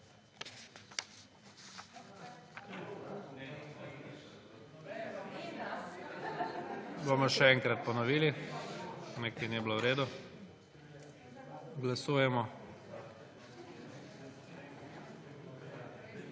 Bomo še enkrat ponovili, nekaj ni bilo v redu. Glasujemo.